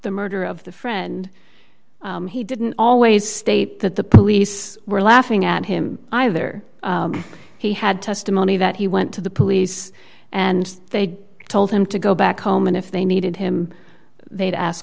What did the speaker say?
the murder of the friend he didn't always state that the police were laughing at him either he had testimony that he went to the police and they told him to go back home and if they needed him they'd ask